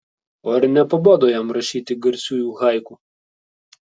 o ar nepabodo jam rašyti garsiųjų haiku